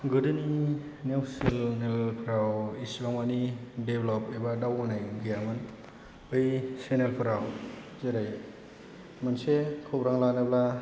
गोदोनि निउस सेनेलफोराव एसेबां माने डेभल'प एबा दावगानाय गैयामोन बै सेनेलफोराव जेरै मोनसे खौरां लानोब्ला